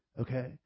Okay